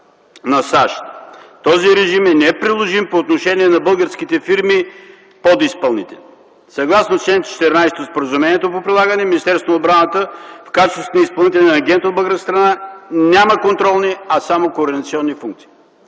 на САЩ. Този режим е неприложим по отношение на българските фирми-подизпълнители. Съгласно чл. 14 от споразумението по прилагане Министерството на отбраната, в качеството си на изпълнителен агент от българска страна, няма контролни, а само координационни функции.